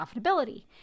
profitability